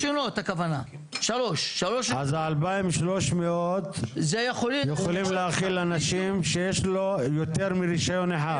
אז 2,300 יכולים להכיל אנשים שיש להם יותר מרישיון אחד.